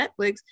Netflix